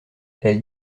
elle